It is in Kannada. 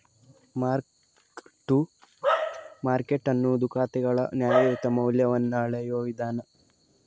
ಮಾರ್ಕ್ ಟು ಮಾರ್ಕೆಟ್ ಅನ್ನುದು ಖಾತೆಗಳ ನ್ಯಾಯಯುತ ಮೌಲ್ಯವನ್ನ ಅಳೆಯುವ ವಿಧಾನ